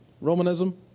Romanism